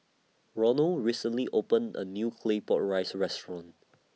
Ronal recently opened A New Claypot Rice Restaurant